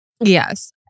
Yes